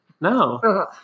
No